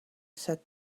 said